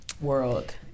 world